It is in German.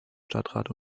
stadtrat